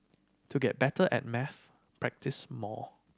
to get better at maths practise more